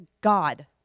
God